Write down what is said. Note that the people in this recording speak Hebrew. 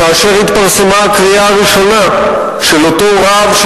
כאשר התפרסמה הקריאה הראשונה של אותו רב ראשון